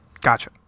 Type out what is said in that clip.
Gotcha